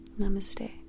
Namaste